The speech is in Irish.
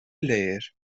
léir